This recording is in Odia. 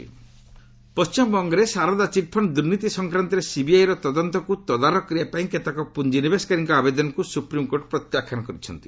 ଏସ୍ପି ଚିଟ୍ଫଣ୍ଡ ପଣ୍ଟିମବଙ୍ଗରେ ଶାରଦା ଚିଟ୍ଫଣ୍ଡ ଦୁର୍ନୀତି ସଂକ୍ରାନ୍ତରେ ସିବିଆଇର ତଦନ୍ତକୁ ତଦାରଖ କରିବାପାଇଁ କେତେକ ପୁଞ୍ଜିନିବେଶକାରୀଙ୍କ ଆବେଦନକୁ ସୁପ୍ରିମ୍କୋର୍ଟ ପ୍ରତ୍ୟାଖ୍ୟାନ କରିଛନ୍ତି